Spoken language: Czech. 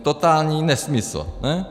Totální nesmysl, ne?